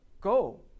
go